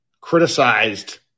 criticized